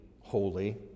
holy